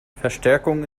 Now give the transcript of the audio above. verstärkung